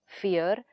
fear